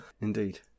Indeed